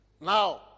Now